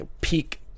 peak